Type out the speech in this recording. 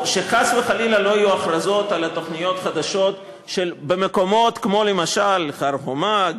שחס וחלילה לא יהיו הכרזות על תוכניות חדשות במקומות כמו למשל הר-חומה,